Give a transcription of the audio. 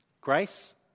grace